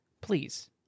please